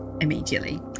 immediately